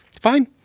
fine